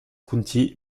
county